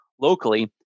locally